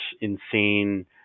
insane